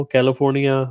California